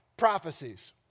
prophecies